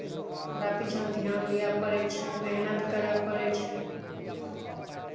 ओकरा पीछाँ ध्यान दिअ पड़ै छै मेहनत करय पड़ै छै